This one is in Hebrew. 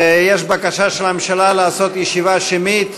יש בקשה של הממשלה לעשות הצבעה שמית.